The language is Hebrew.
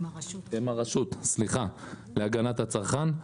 עם הרשות, סליחה, להגנת הצרכן.